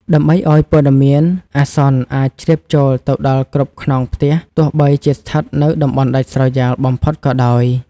ដើម្បីឱ្យព័ត៌មានអាសន្នអាចជ្រាបចូលទៅដល់គ្រប់ខ្នងផ្ទះ ទោះបីជាស្ថិតនៅតំបន់ដាច់ស្រយាលបំផុតក៏ដោយ។